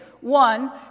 One